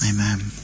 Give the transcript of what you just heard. Amen